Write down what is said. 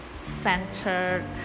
centered